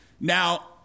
Now